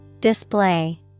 Display